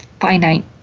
finite